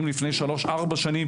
לפני שלוש-ארבע שנים,